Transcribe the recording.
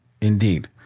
Indeed